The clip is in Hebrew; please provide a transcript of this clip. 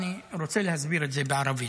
אני רוצה להסביר את זה בערבית,